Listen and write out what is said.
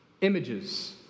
images